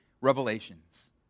revelations